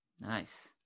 nice